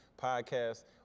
podcast